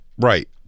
right